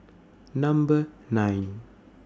Number nine